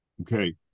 Okay